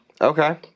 Okay